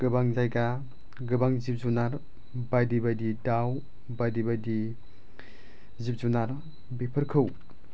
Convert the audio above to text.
गोबां जायगा गोबां जिब जुनार बायदि बायदि दाउ बायदि बायदि जिब जुनार बेफोरखौ